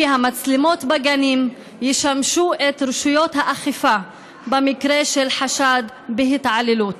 כי המצלמות בגנים ישמשו את רשויות האכיפה במקרה של חשד להתעללות,